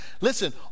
Listen